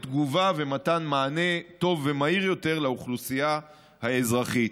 תגובה ומתן מענה טוב ומהיר יותר לאוכלוסייה האזרחית.